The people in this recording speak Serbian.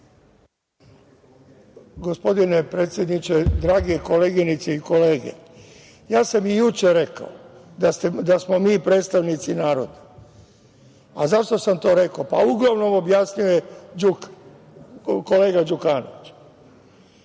Gospodine predsedniče, drage koleginice i kolege, i juče sam rekao da smo mi predstavnici naroda. Zašto sam to rekao? Uglavnom je objasnio kolega Đukanović.